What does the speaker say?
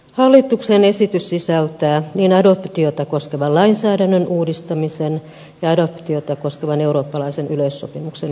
hallituksen esitys sisältää adoptiota koskevan lainsäädännön uudistamisen ja adoptiota koskevan eurooppalaisen yleissopimuksen hyväksymisen